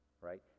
right